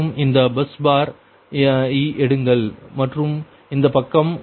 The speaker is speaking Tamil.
மற்றும் இந்த பஸ் பார் இ எடுங்கள் மற்றும் இந்த பக்கம்